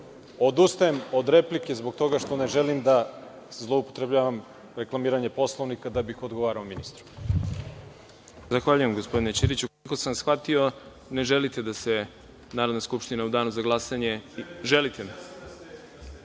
odustajem od replike zbog toga što ne želim da zloupotrebljavam reklamiranje Poslovnika da bih odgovarao ministru.